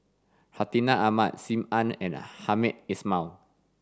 Hartinah Ahmad Sim Ann and Hamed Ismail